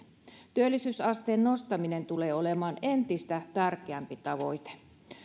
työllisyysasteen nostaminen tulee olemaan entistä tärkeämpi tavoite